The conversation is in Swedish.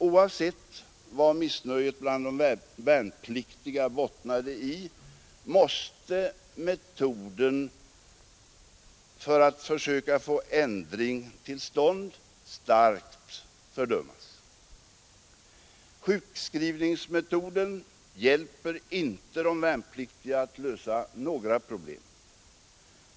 Oavsett vad missnöjet bland de värnpliktiga bottnade i måste metoden för att försöka få ändring till stånd starkt fördömas. Sjukskrivningsmetoden hjälper inte de värnpliktiga att lösa några problem.